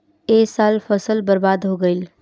ए साल फसल बर्बाद हो गइल